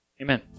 Amen